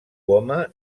home